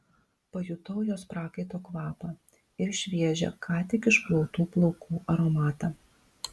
pajutau jos prakaito kvapą ir šviežią ką tik išplautų plaukų aromatą